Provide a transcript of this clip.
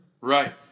Right